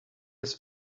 his